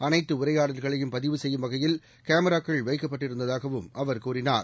அனைத்துஉரையாடல்களையும் பதிவு செய்யும் வகையில் காமிராக்கள் வைக்கப்பட்டிருந்ததாகஅவர் கூறினார்